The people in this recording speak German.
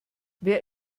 wer